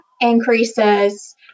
increases